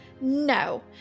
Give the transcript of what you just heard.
No